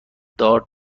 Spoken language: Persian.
دار